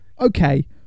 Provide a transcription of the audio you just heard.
Okay